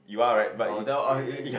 I will tell ah as in